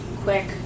quick